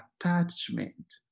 attachment